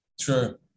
True